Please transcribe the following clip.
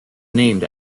named